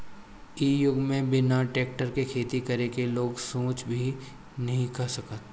इ युग में बिना टेक्टर के खेती करे के लोग सोच ही नइखे सकत